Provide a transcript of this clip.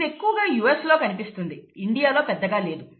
ఇది ఎక్కువగా US లో కనిపిస్తుంది ఇండియాలో పెద్దగా లేదు